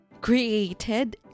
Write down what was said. created